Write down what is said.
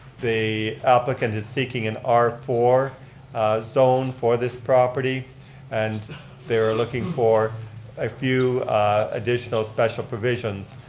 the applicant is seeking an r four zone for this property and they're looking for a few additional special provisions.